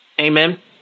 Amen